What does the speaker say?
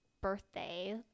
birthday